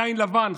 יין לבן.